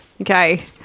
Okay